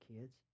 kids